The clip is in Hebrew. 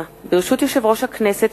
ברשות יושב-ראש הכנסת,